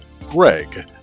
Greg